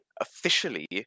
officially